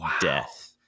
death